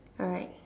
alright